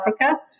Africa